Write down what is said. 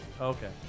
Okay